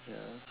yeah